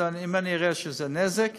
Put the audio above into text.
אם אני אראה שזה נזק,